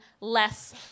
less